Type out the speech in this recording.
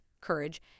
courage